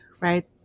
right